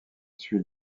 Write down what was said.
suit